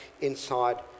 inside